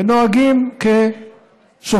אדוני היושב-ראש, ונוהגים כשופטים,